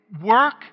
work